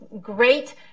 great